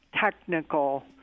technical